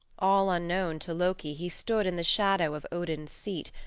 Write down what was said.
all unknown to loki he stood in the shadow of odin's seat,